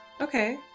okay